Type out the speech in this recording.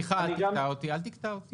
אל תקטע אותי.